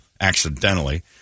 accidentally